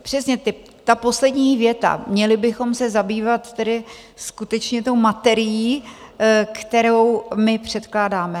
Přesně ta poslední věta: Měli bychom se zabývat tedy skutečně tou materií, kterou my předkládáme.